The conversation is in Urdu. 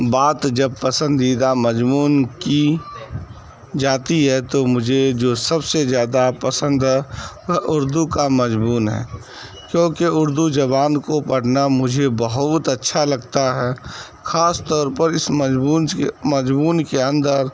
بات جب پسندیدہ مضمون کی جاتی ہے تو مجھے جو سب سے زیادہ پسند اردو کا مضمون ہے کیونکہ اردو زبان کو پڑھنا مجھے بہت اچھا لگتا ہے خاص طور پر اس مجبونجھ کے مضمون کے اندر